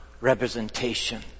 representation